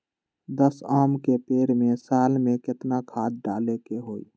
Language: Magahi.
दस आम के पेड़ में साल में केतना खाद्य डाले के होई?